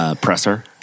presser